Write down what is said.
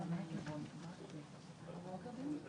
הישיבה ננעלה בשעה